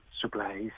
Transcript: supplies